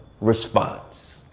response